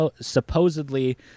supposedly